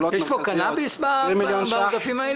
פעולות מרכזיות 20 מיליון שקלים --- יש קנאביס בעודפים האלה?